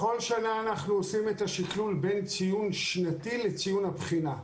בכל שנה אנחנו עושים את השקלול בין ציון שנתי לציון הבחינה.